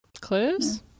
Clues